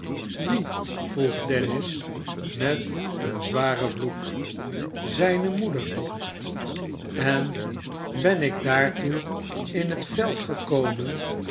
wie vroeg dennis met een zwaren vloek zijne moeder en ben ik daartoe in het veld gekomen